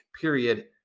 period